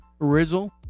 Rizzle